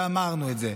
ואמרנו את זה.